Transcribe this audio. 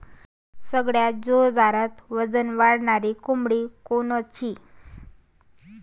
सगळ्यात जोरात वजन वाढणारी कोंबडी कोनची?